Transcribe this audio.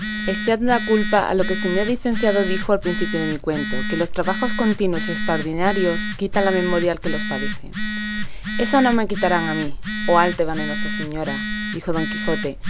echad la culpa a lo que el señor licenciado dijo al principio de mi cuento que los trabajos continuos y extraordinarios quitan la memoria al que los padece ésa no me quitarán a mí oh alta y valerosa señora dijo don